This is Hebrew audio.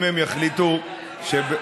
אם הם יחליטו, גלעד,